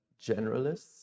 generalists